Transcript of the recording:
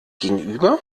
gegenüber